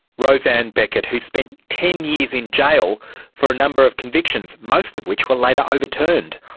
roseanne beckett, who spent ten years in jail for a number of convictions, most of which were later overturned.